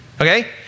Okay